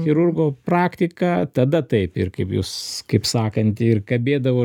chirurgo praktiką tada taip ir kaip jūs kaip sakant ir kabėdavo